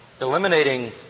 Eliminating